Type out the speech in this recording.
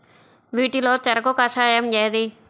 వీటిలో చెరకు కషాయం ఏది?